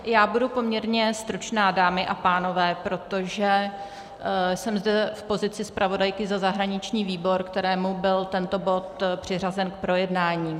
Já budu poměrně stručná, dámy a pánové, protože jsem zde v pozici zpravodajky za zahraniční výbor, kterému byl tento bod přiřazen k projednání.